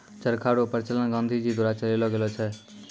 चरखा रो प्रचलन गाँधी जी द्वारा चलैलो गेलो छै